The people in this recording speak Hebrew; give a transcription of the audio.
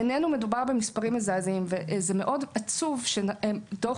בעינינו מדובר במספרים מזעזעים ועצוב מאוד שדוח